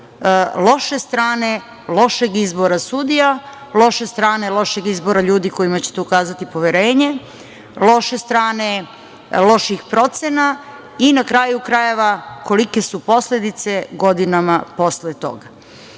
loše strane lošeg izbora sudija, loše strane lošeg izbora ljudi kojima ćete ukazati poverenje, loše strane loših procena i na kraju krajeva kolike su posledice godinama posle toga. Kada